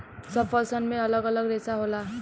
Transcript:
सब फल सन मे अलग अलग रेसा होला